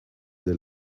this